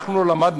אנחנו לא למדנו.